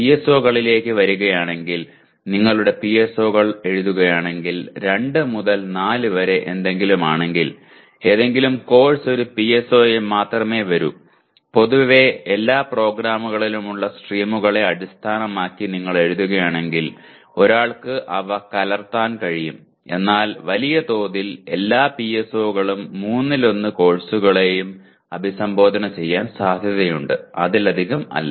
PSO കളിലേക്ക് വരികയാണെങ്കിൽ നിങ്ങളുടെ PSO കൾ എഴുതുകയാണെങ്കിൽ 2 മുതൽ 4 വരെ എന്തെങ്കിലും ആണെങ്കിൽ ഏതെങ്കിലും കോഴ്സ് ഒരു PSO യിൽ മാത്രമേ വരൂ പൊതുവെ എല്ലാ പ്രോഗ്രാമുകളിലുമുള്ള സ്ട്രീമുകളെ അടിസ്ഥാനമാക്കി നിങ്ങൾ എഴുതുകയാണെങ്കിൽ ഒരാൾക്ക് അവ കലർത്താൻ കഴിയും എന്നാൽ വലിയതോതിൽ എല്ലാ പിഎസ്ഒകളും മൂന്നിലൊന്ന് കോഴ്സുകളെയും അഭിസംബോധന ചെയ്യാൻ സാധ്യതയുണ്ട് അതിലധികം അല്ല